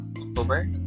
October